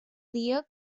dia